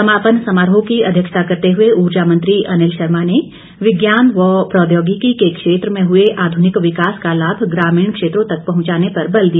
समापन समारोह की अध्यक्षता करते हुए ऊर्जा मंत्री अनिल शर्मा ने विज्ञान व प्रौद्योगिकी के क्षेत्र में हुए आध्निक विकास का लाभ ग्रामीण क्षेत्रों तक पहंचाने पर बल दिया